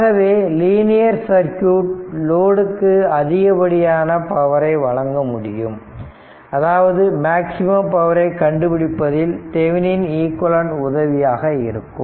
ஆகவே linear circuit லோடுக்கு அதிகப்படியான பவரை வழங்கமுடியும் அதாவது மேக்சிமம் பவரை கண்டுபிடிப்பதில் தெவனின் ஈக்விவலெண்ட் உதவியாக இருக்கும்